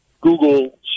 Google